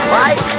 right